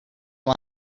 why